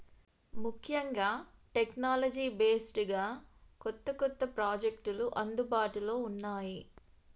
ముఖ్యంగా technology based గా కొత్త కొత్త ప్రాజెక్టులు అందుబాటులో ఉన్నాయి